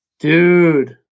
Dude